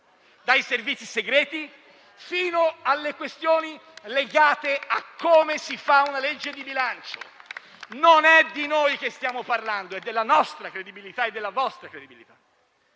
dai Servizi segreti, fino alle questioni legate al modo in cui si fa una legge di bilancio. Non è di noi che stiamo parlando, ma della nostra credibilità e della vostra credibilità.